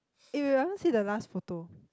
eh wait I haven't see the last photo